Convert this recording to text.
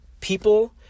people